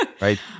right